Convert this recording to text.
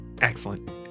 Excellent